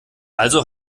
also